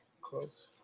close